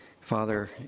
Father